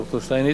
ד"ר שטייניץ,